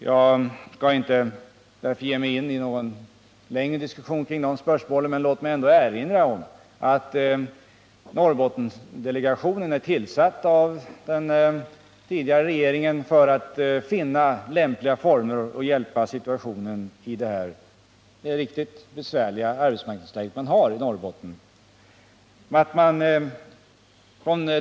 Jag skall därför inte ge mig in på någon längre diskussion om dessa spörsmål, men låt mig erinra om att Norrbottendelegationen tillsattes av den förra regeringen för att man skulle finna lämpliga former att förbättra den verkligt besvärliga arbetsmarknadssituationen i Norrbotten.